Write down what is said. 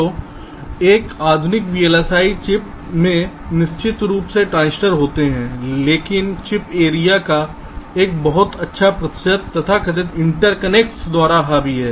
तो एक आधुनिक वीएलएसआई चिप में निश्चित रूप से ट्रांजिस्टर होते हैं लेकिन चिप एरिया का एक बहुत अच्छा प्रतिशत तथाकथित इंटरकनेक्ट्स द्वारा हावी है